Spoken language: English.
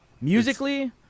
Musically